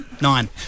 Nine